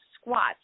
squats